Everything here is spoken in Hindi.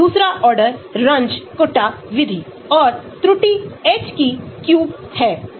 जब आप आणविक भार को घनत्व के साथ करते हैं तो आप सही मात्रा के साथ समाप्त होते हैं